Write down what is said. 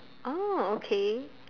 oh okay